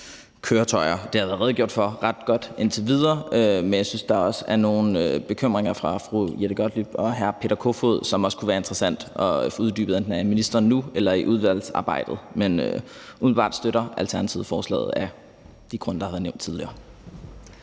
Det er der redegjort for ret godt indtil videre, men der er udtrykt nogle bekymringer af fru Jette Gottlieb og hr. Peter Kofod, som jeg også synes at det kunne være interessant at få uddybet enten af ministeren nu eller i udvalgsarbejdet. Men umiddelbart støtter Alternativet forslaget af de grunde, der har været nævnt tidligere.